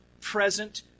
present